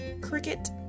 Cricket